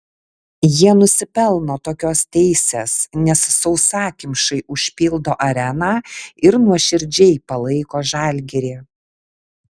jie nusipelno tokios teisės nes sausakimšai užpildo areną ir nuoširdžiai palaiko žalgirį